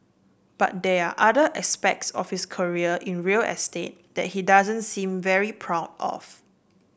but there are other aspects of his career in real estate that he doesn't seem very proud of